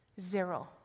Zero